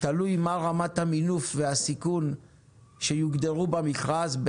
תלוי מה רמת המינוף והסיכון שיוגדרו במכרז,